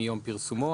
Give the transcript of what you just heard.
מיום פרסומו.